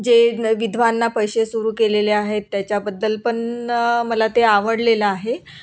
जे न विधवांना पैसे सुरू केलेले आहेत त्याच्याबद्दल पण मला ते आवडलेलं आहे